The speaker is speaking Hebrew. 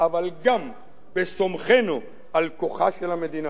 אבל גם בסומכנו על כוחה של המדינה.